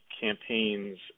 campaigns